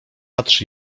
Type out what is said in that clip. patrz